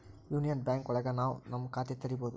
union bank ಒಳಗ ನಾವ್ ನಮ್ ಖಾತೆ ತೆರಿಬೋದು